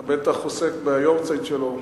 אתה בטח עוסק ביארצייט שלו,